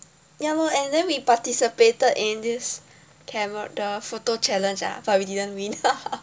ya lor and then we participated in this camera the photo challenge ah but we didn't win